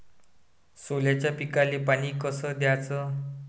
सोल्याच्या पिकाले पानी कस द्याचं?